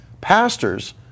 Pastors